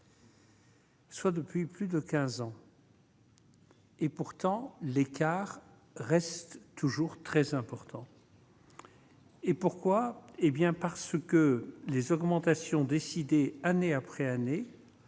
Soit, depuis plus de 15 ans. Et pourtant, l'écart reste toujours très important. Et pourquoi, hé bien parce que les augmentations décidées, année après année,